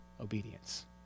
obedience